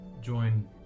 join